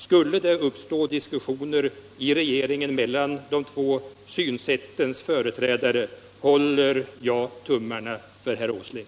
Skulle det uppstå diskussioner i regeringen mellan de två synsättens företrädare håller jag tummarna för herr Åsling.